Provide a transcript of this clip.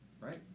right